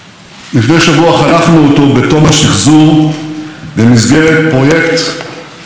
פרויקט אתרי המורשת הלאומית שיזמתי והובלתי.